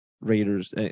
Raiders